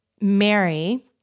Mary